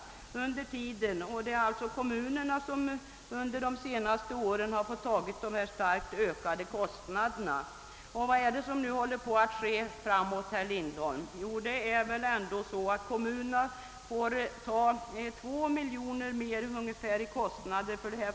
Det är alltså kommunerna som under de senaste åren fått bära de starkt ökade kostnaderna. Vad är det nu som håller på att ske, herr Lindholm? Jo, kommunerna får enligt utskottets förslag 2 miljoner mer i kostnader.